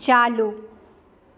चालू